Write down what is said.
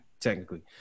technically